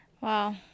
Wow